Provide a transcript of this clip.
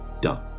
done